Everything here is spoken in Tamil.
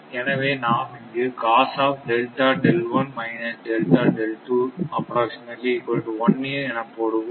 எனவே நாம் இங்கு என போடுவோம்